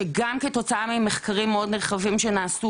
שכחלק מהמערך של העבודה שלנו,